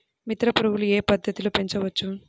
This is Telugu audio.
మిత్ర పురుగులు ఏ పద్దతిలో పెంచవచ్చు?